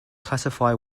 classify